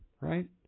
right